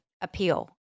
appeal